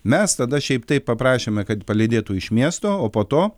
mes tada šiaip taip paprašėme kad palydėtų iš miesto o po to